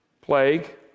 plague